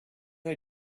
are